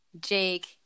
Jake